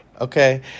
Okay